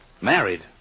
Married